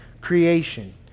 creation